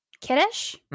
kiddish